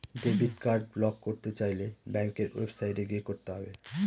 debit card block করতে চাইলে ব্যাঙ্কের ওয়েবসাইটে গিয়ে করতে হবে